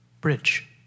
bridge